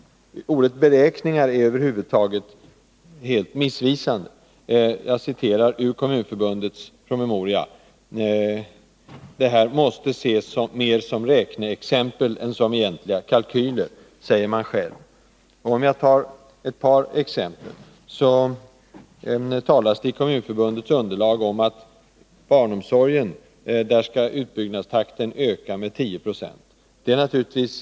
Ordet beräkningar är över huvud taget helt missvisande. I Kommunförbundets promemoria säger man själv: Det här måste ses mer som räkneexempel än som egentliga kalkyler. Jag skulle vilja ta ett par exempel. I Kommunförbundets underlag talas det om att utbyggnadstakten för barnomsorgen skall öka med 10 96.